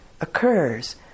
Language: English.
occurs